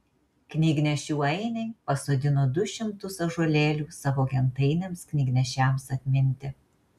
knygnešių ainiai pasodino du šimtus ąžuolėlių savo gentainiams knygnešiams atminti